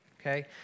okay